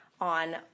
on